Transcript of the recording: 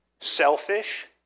selfish